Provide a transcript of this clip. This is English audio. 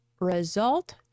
result